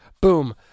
Boom